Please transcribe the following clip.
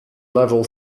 level